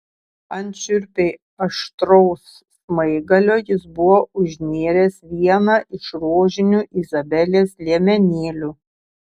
ant šiurpiai aštraus smaigalio jis buvo užnėręs vieną iš rožinių izabelės liemenėlių